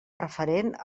referent